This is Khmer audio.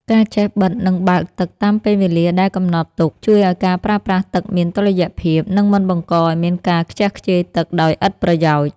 ការចេះបិទ និងបើកទឹកតាមពេលវេលាដែលកំណត់ទុកជួយឱ្យការប្រើប្រាស់ទឹកមានតុល្យភាព និងមិនបង្កឱ្យមានការខ្ជះខ្ជាយទឹកដោយឥតប្រយោជន៍។